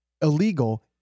illegal